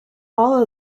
all